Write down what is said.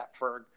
Ferg